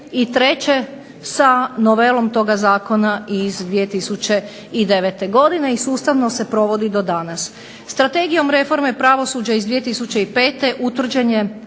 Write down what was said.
2003. sa novelom toga Zakona iz 2009. godine i sustavno se provodi do danas. Strategijom reforme pravosuđa iz 2005. utvrđen je